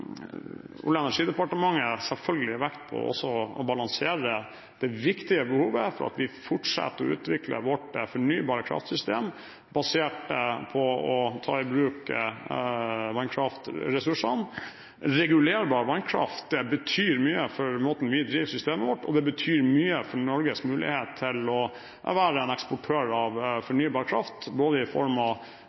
Olje- og energidepartementet selvfølgelig vekt på å balansere det viktige behovet for at vi fortsetter å utvikle vårt fornybare kraftsystem, basert på å ta i bruk vannkraftressursene. Regulerbar vannkraft betyr mye for måten vi driver systemet vårt på, og det betyr mye for Norges mulighet til å være en eksportør av fornybar kraft, både i form av